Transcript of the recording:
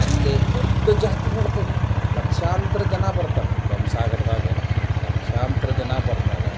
ಅಲ್ಲಿ ದೊಡ್ಡ ಜಾತ್ರೆ ನಡೀತದೆ ಲಕ್ಷಾಂತ್ರ ಜನ ಬರ್ತಾರೆ ಬೊಮ್ಮಸಾಗ್ರದಾಗ ಲಕ್ಷಾಂತರ ಜನ ಬರ್ತಾರೆ